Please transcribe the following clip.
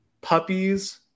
puppies